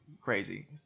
crazy